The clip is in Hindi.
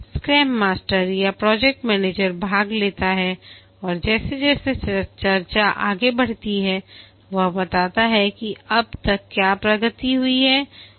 स्क्रम मास्टर या प्रोजेक्ट मैनेजर भाग लेता है और जैसे जैसे चर्चा आगे बढ़ती है वह बताता है कि अब तक क्या प्रगति हुई है